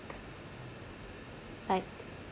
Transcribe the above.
like